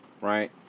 Right